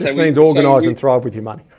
so going to organize and thrive with your money.